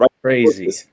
Crazy